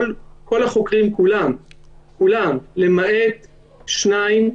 כל החוקרים כולם למעט שניים,